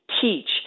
teach